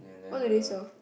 what do they sell